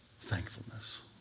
thankfulness